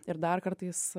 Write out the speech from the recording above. ir dar kartais